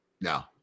No